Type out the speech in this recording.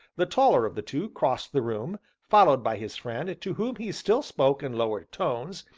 the taller of the two crossed the room, followed by his friend, to whom he still spoke in lowered tones,